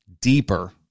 deeper